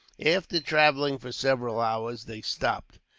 after travelling for several hours, they stopped.